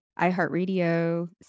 iHeartRadio